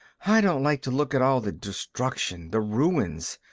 i don't like to look at all the destruction, the ruins.